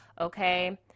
Okay